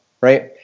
Right